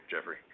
Jeffrey